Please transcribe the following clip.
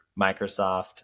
Microsoft